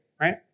right